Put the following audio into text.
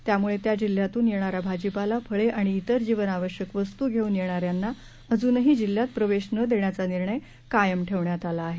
त्यामुळे त्या जिल्ह्यातून येणारा भाजीपाला फळे आणि इतर जीवनावश्यक वस्तू घेऊन येणाऱ्यांना अजूनही जिल्ह्यात प्रवेश न देण्याचा निर्णय कायम ठेवण्यात आला आहे